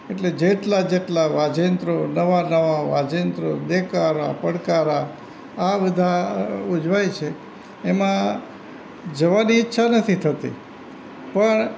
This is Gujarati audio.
એટલે જેટલા જેટલા વાજિંત્રો નવા નવા વાજિંત્રો દેકારા પડકારા આ બધા ઉજવાય છે એમાં જવાની ઈચ્છા નથી થતી પણ